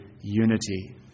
unity